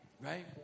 Right